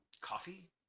Coffee